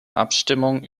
abstimmung